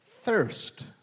thirst